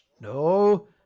No